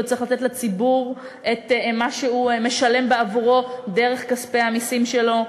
וצריך לתת לציבור את מה שהוא משלם עבורו דרך כספי המסים שלו.